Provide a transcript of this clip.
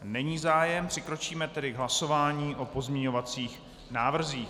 Není zájem, přikročíme tedy k hlasování o pozměňovacích návrzích.